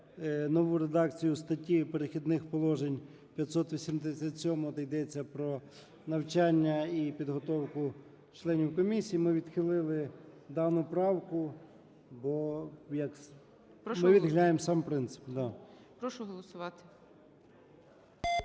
нову редакцію статті "Перехідних положень" 587, де йдеться про навчання і підготовку членів комісії. Ми відхилили дану правку, бо… ми відхиляємо сам принцип, да.